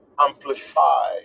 amplify